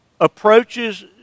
approaches